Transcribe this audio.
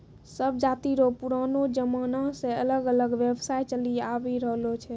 सब जाति रो पुरानो जमाना से अलग अलग व्यवसाय चलि आवि रहलो छै